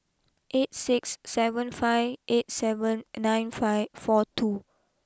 eight six seven five eight seven nine five four two